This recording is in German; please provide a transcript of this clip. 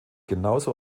genauso